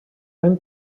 ben